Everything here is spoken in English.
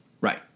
Right